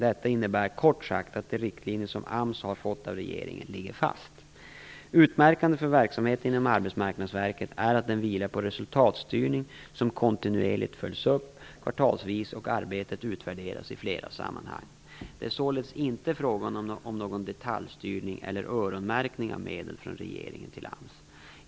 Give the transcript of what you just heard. Detta innebär kort sagt att de riktlinjer som AMS har fått av regeringen ligger fast. Utmärkande för verksamheten inom Arbetsmarknadsverket är att den vilar på resultatstyrning som följs upp kvartalsvis, och arbetet utvärderas i flera sammanhang. Det är således inte fråga om någon detaljstyrning eller "öronmärkning" av medel från regeringen till AMS.